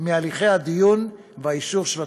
מהליכי הדיון והאישור של תוכנית.